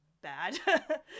bad